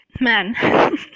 man